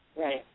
right